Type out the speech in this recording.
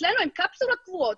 אצלנו הם קפסולות קבועות,